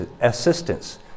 assistance